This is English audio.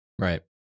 Right